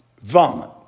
Vomit